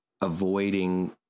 avoiding